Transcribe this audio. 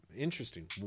interesting